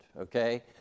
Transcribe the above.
okay